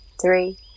three